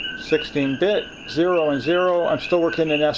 sixteen bit. zero and zero i'm still working in yeah